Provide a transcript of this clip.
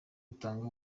utanga